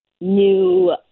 new